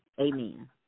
Amen